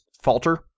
falter